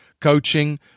coaching